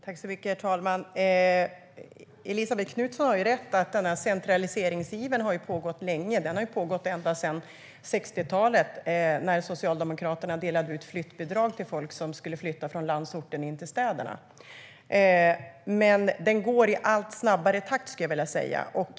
Herr talman! Elisabet Knutsson har rätt i att denna centraliseringsiver har pågått länge - ända sedan 60-talet när Socialdemokraterna delade ut flyttbidrag till folk som skulle flytta från landsorten in till städerna. Men det går i allt snabbare takt, skulle jag vilja säga.